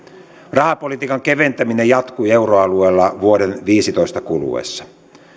rahapolitiikan keventäminen jatkui euroalueella vuoden viisitoista kuluessa